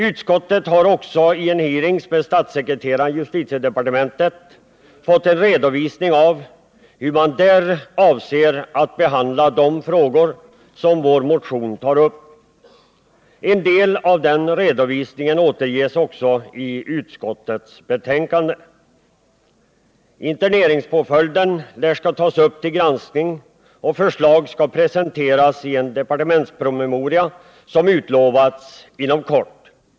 Utskottet har också i en hearing med statssekreteraren i justitiedepartementet fått en redovisning av hur man där avser att behandla de frågor som vår motion tar upp. En del av denna redovisning återges också i utskottets betänkande. Frågan om interneringspåföljden lär komma att tas upp till granskning, och förslag skall presenteras i en departementspromemoria som utlovats komma inom kort.